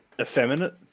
effeminate